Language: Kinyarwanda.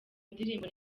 ndirimbo